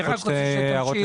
אני רק רוצה שתמשיך.